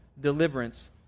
deliverance